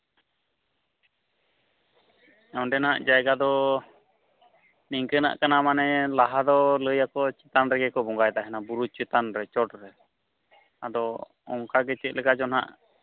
ᱚᱸᱰᱮᱱᱟᱜ ᱡᱟᱭᱜᱟ ᱫᱚ ᱱᱤᱝᱠᱟᱹᱱᱟᱜ ᱠᱟᱱᱟ ᱢᱟᱱᱮ ᱞᱟᱦᱟ ᱫᱚ ᱞᱟᱹᱭᱟᱠᱚ ᱪᱮᱛᱟᱱ ᱨᱮᱜᱮ ᱠᱚ ᱵᱚᱸᱜᱟᱭ ᱛᱟᱦᱮᱱᱟ ᱵᱩᱨᱩ ᱪᱮᱛᱱ ᱨᱮ ᱪᱚᱴ ᱨᱮ ᱟᱫᱚ ᱚᱱᱠᱟ ᱜᱮ ᱪᱮᱫᱞᱮᱠᱟ ᱪᱚ ᱱᱟᱜ